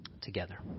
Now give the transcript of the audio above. together